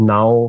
Now